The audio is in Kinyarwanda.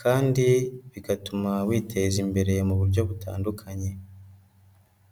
kandi bigatuma witeza imbere mu buryo butandukanye.